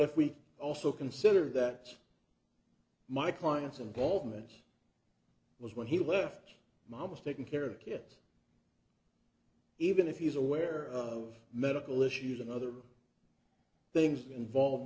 if we also consider that it's my client's involvement was when he left mamma's taken care of the kids even if he's aware of medical issues and other things involved